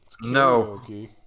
No